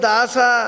Dasa